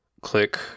click